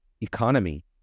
economy